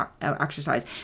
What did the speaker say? exercise